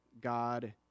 God